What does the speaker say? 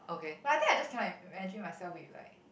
but I think I just cannot imagine myself with like